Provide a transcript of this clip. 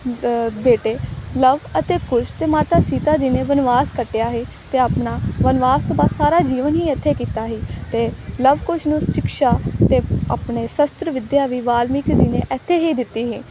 ਬੇਟੇ ਲਵ ਅਤੇ ਕੁਸ਼ ਅਤੇ ਮਾਤਾ ਸੀਤਾ ਜੀ ਨੇ ਬਨਵਾਸ ਕੱਟਿਆ ਹੀ ਅਤੇ ਆਪਣਾ ਬਨਵਾਸ ਤੋਂ ਬਾਅਦ ਸਾਰਾ ਜੀਵਨ ਹੀ ਇੱਥੇ ਕੀਤਾ ਸੀ ਅਤੇ ਲਵ ਕੁਸ਼ ਨੂੰ ਸ਼ਿਕਸ਼ਾ ਅਤੇ ਆਪਣੇ ਸਸ਼ਤਰ ਵਿੱਦਿਆ ਵੀ ਵਾਲਮੀਕ ਜੀ ਨੇ ਇੱਥੇ ਹੀ ਦਿੱਤੀ ਸੀ